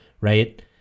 Right